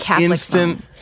instant